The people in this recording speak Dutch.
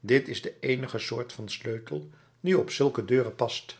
dit is de eenige soort van sleutel die op zulke deuren past